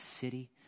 city